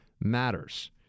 matters